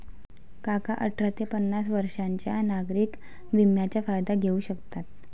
काका अठरा ते पन्नास वर्षांच्या नागरिक विम्याचा फायदा घेऊ शकतात